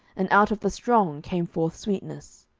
and out of the strong came forth sweetness.